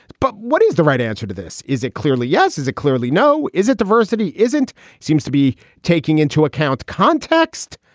but what is the right answer to this? is it clearly yes? is it clearly no? is it diversity? isn't seems to be taking into account context.